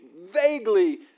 vaguely